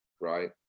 right